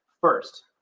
First